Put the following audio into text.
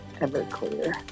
Everclear